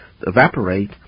evaporate